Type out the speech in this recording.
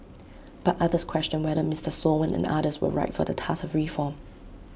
but others questioned whether Mister Sloan and others were right for the task of reform